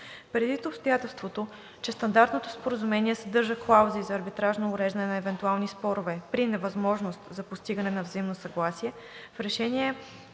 Предвид обстоятелството, че Стандартното споразумение съдържа клаузи за арбитражно уреждане на евентуални спорове при невъзможност за постигане на взаимно съгласие в Решение №